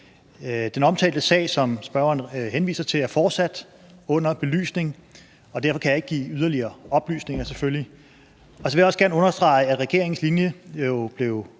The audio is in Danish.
Den omtalte sag, som spørgeren henviser til, er fortsat under belysning, og derfor kan jeg selvfølgelig ikke give yderligere oplysninger. For det andet vil jeg også gerne understrege, at regeringens linje jo blev